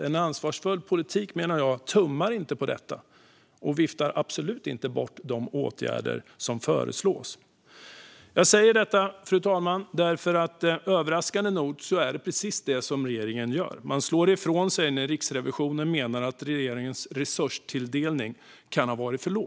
En ansvarsfull politik tummar inte på detta, menar jag, och den viftar absolut inte bort de åtgärder som föreslås. Fru talman! Jag säger detta därför att det överraskande nog är precis det som regeringen gör. Man slår ifrån sig när Riksrevisionen menar att regeringens resurstilldelning kan ha varit för låg.